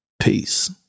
Peace